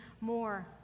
more